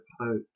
hope